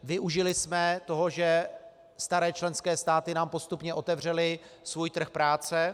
Využili jsme toho, že staré členské státy nám postupně otevřely svůj trh práce.